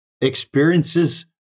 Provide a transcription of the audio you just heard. Experiences